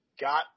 got